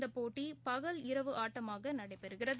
இந்தபோட்டிபகல் இரவு ஆட்டமாகநடைபெறுகிறது